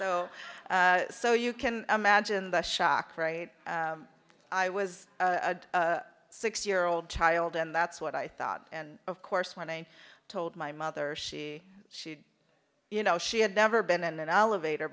so so you can imagine the shock right i was a six year old child and that's what i thought and of course when i told my mother she she you know she had never been in an elevator